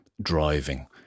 driving